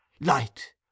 Light